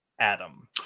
adam